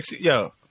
Yo